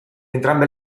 entrambe